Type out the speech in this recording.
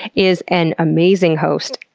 is an amazing host,